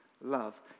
love